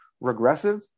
regressive